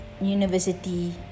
university